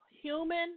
human